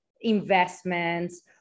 investments